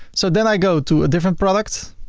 so then i go to a different product.